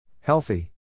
Healthy